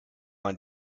man